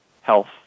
health